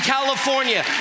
California